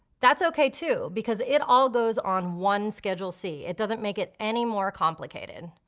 that's okay, too, because it all goes on one schedule c. it doesn't make it anymore complicated.